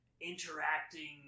interacting